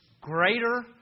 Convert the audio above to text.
Greater